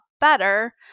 better